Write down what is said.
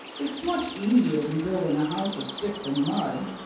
it's much easier than building a house of sticks and mud.